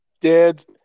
dad's